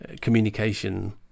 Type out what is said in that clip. communication